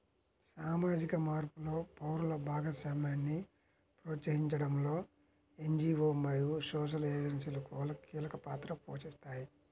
సామాజిక మార్పులో పౌరుల భాగస్వామ్యాన్ని ప్రోత్సహించడంలో ఎన్.జీ.వో మరియు సోషల్ ఏజెన్సీలు కీలక పాత్ర పోషిస్తాయి